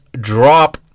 drop